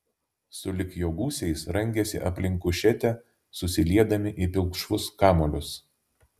sulig jo gūsiais rangėsi aplink kušetę susiliedami į pilkšvus kamuolius